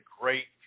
great